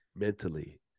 mentally